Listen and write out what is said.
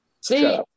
See